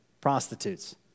prostitutes